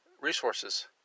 resources